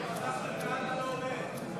ההסתייגויות לסעיף 02 בדבר